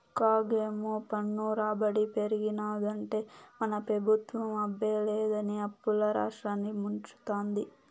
కాగేమో పన్ను రాబడి పెరిగినాదంటే మన పెబుత్వం అబ్బే లేదని అప్పుల్ల రాష్ట్రాన్ని ముంచతాంది